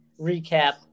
recap